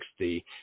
60